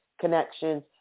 connections